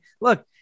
Look